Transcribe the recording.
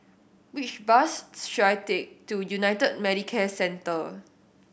which bus should I take to United Medicare Centre